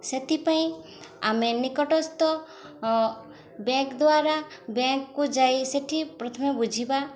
ସେଥିପାଇଁ ଆମେ ନିକଟସ୍ଥ ବ୍ୟାଙ୍କ୍ ଦ୍ୱାରା ବ୍ୟାଙ୍କକୁ ଯାଇ ସେଠି ପ୍ରଥମେ ବୁଝିବା